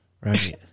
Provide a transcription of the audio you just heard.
Right